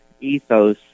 ethos